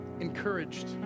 encouraged